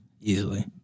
easily